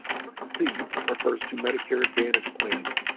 part c refers to medicare advantage plans,